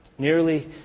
nearly